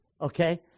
okay